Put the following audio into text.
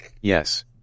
Yes